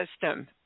system